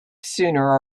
sooner